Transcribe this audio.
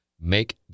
make